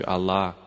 Allah